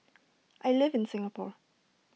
I live in Singapore